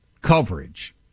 coverage